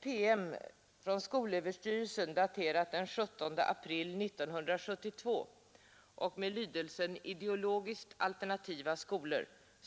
en promemoria från skolöverstyrelsen, daterad den 17 april 1972 med överskriften ”Ideologiskt alternativa skolor.